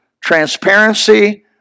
transparency